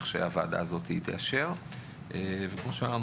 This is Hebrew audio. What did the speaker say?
זה לא מוסדר באמצעות תקנות של השר